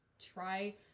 try